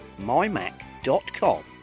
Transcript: mymac.com